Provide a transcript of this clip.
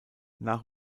nach